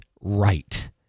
right